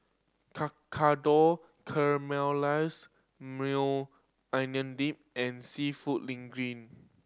Tekkadon Caramelized Maui Onion Dip and Seafood Linguine